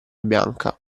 bianca